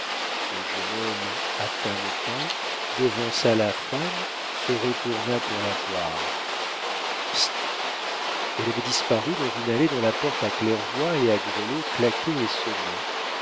le jeune homme hâta le pas devança la femme se retourna pour la voir pst elle avait disparu dans une allée dont la porte à claire-voie et à grelot claquait et